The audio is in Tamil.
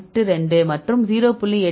82 மற்றும் 0